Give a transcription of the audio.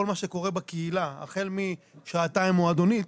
כל מה שקורה בקהילה החל משעתיים מועדונית,